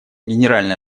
генеральная